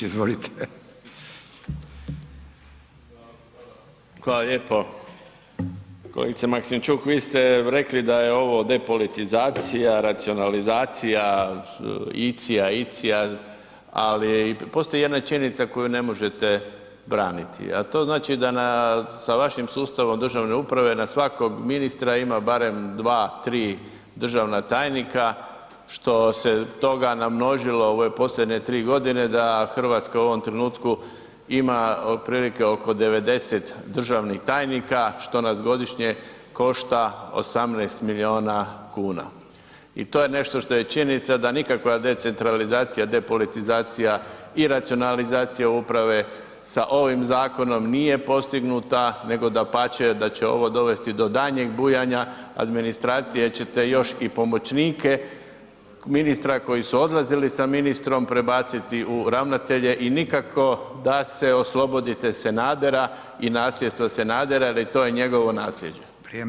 Kolegice Maksimčuk, vi ste rekli da je ovo depolitizacija, racionalizacija, -icija, -icija, ali postoji jedna činjenica koju ne možete braniti a to znači da sa vašim sustavom državne uprave, na svakog ministra ima barem dva, tri državna tajnika što se toga namnožilo u ove posljednje 3 g. da Hrvatska u ovom trenutku ima otprilike oko 90 državnih tajnika što nas godišnje košta 18 milijuna kuna i to je nešto je činjenica da nikakva decentralizacija, depolitizacija i racionalizacija uprave sa ovim zakonom nije postignuta nego dapače, da će ovo dovesti do daljnjeg bujanja administracije jer ćete još i pomoćnike ministra koji su odlazili sa ministrom, prebaciti u ravnatelje i nikako da se oslobodite Sanadera i nasljedstva Sanadera jer je to njegovo nasljeđe.